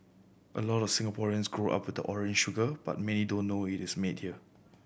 a lot of Singaporeans grow up the orange sugar but many don't know it is made here